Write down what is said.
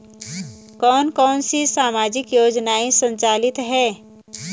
कौन कौनसी सामाजिक योजनाएँ संचालित है?